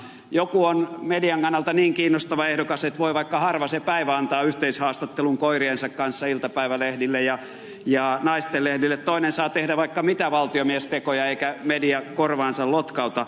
joku on median kannalta niin kiinnostava ehdokas että voi vaikka harva se päivä antaa yhteishaastattelun koiriensa kanssa iltapäivälehdille ja naistenlehdille toinen saa tehdä vaikka mitä valtiomiestekoja eikä media korvaansa lotkauta